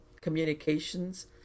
communications